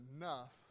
enough